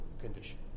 condition